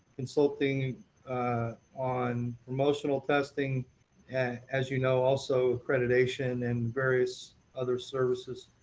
consulting on promotional test ing yeah as you know, also accreditation and various other services.